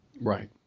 right